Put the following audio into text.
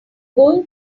going